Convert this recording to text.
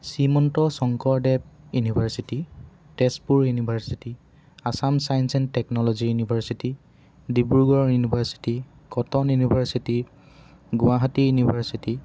Srimanta Sankardev university Tezpur university Assam science and technology university Dibrugarh university Cotton university Guwahati university